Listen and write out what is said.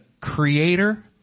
creator